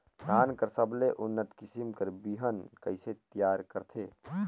धान कर सबले उन्नत किसम कर बिहान कइसे तियार करथे?